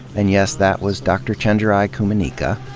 and yes that was dr. chenjerai kumanyika,